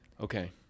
Okay